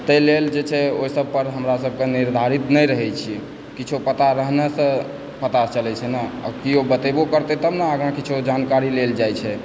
ताहि लेल जे छै से ओहिसभ पर हमरा सभकेँ निर्धारित नहि रहय छी किछु पता रहनेसँ पता चलय छै नऽ केओ बतेबो करतय तब न आगाँ किछो जानकारी लेल जाइ छै